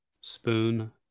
spoon